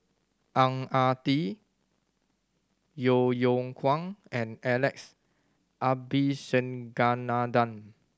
Ang Ah Tee Yeo Yeow Kwang and Alex Abisheganaden